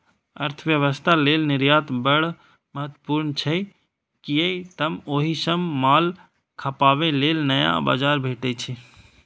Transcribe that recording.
अर्थव्यवस्था लेल निर्यात बड़ महत्वपूर्ण छै, कियै तं ओइ सं माल खपाबे लेल नया बाजार भेटै छै